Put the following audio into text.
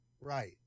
Right